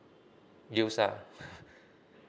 used ah